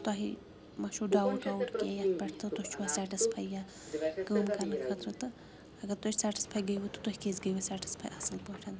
تۄہہِ مہ چھُ ڈاوُٹ واوُٹ کینٛہہ یَتھ پٮ۪ٹھ تہٕ تُہۍ چھُوا سٮ۪ٹٕسفَے یَتھ کٲم کَرنہٕ خٲطرٕ تہٕ اگر تُہۍ سٮ۪ٹٕسفَے گٔےوُ تہٕ تُہۍ کیٛازِ گٔےوُ سٮ۪ٹٕسفَے اَصٕل پٲٹھۍ